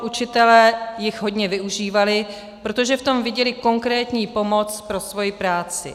Učitelé jich hodně využívali, protože v tom viděli konkrétní pomoc pro svou práci.